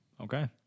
Okay